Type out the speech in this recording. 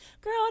girl